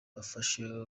bafashe